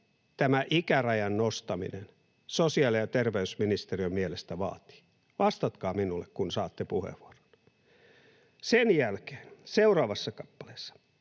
tämä ikärajan nostaminen sosiaali- ja terveysministeriön mielestä vaatii? Vastatkaa minulle, kun saatte puheenvuoron. Sen jälkeen, seuraavassa kappaleessa